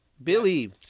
Billy